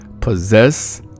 possess